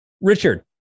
Richard